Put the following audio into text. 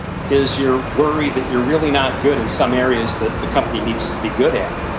is your worry that you're really not good in some areas that the company needs to be good at,